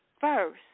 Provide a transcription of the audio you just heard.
First